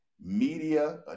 media